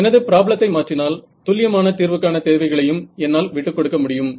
எனது ப்ராப்ளத்தை மாற்றினால் துல்லியமான தீர்வுக்கான தேவைகளையும் என்னால் விட்டுக்கொடுக்க முடியும்